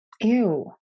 Ew